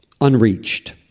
Unreached